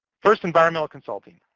first, environmental consulting.